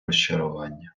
розчарування